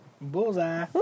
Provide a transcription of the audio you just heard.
Bullseye